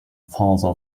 father